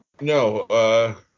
No